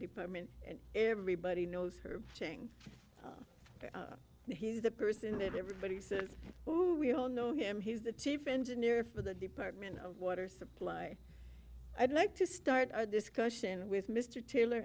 department and everybody knows her ching and he's the person that everybody says we all know him he's the chief engineer for the department of water supply i'd like to start our discussion with mr taylor